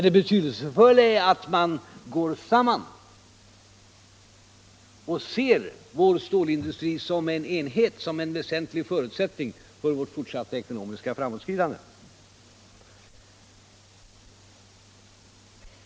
Det betydelsefulla är att man går samman och ser vår stålindustri som en enhet, som en väsentlig förutsättning för vårt fortsatta ekonomiska framåtskridande.